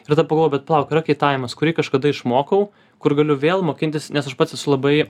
ir tada pagalvojau bet palauk yra kaitavimas kurį kažkada išmokau kur galiu vėl mokintis nes aš pats esu labai